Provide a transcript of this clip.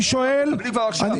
לא, מקבלים כבר עכשיו.